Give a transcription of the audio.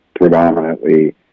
predominantly